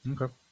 okay